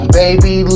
baby